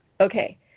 Okay